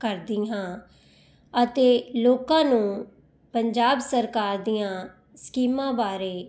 ਕਰਦੀ ਹਾਂ ਅਤੇ ਲੋਕਾਂ ਨੂੰ ਪੰਜਾਬ ਸਰਕਾਰ ਦੀਆਂ ਸਕੀਮਾਂ ਬਾਰੇ